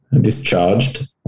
discharged